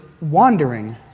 wandering